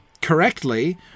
correctly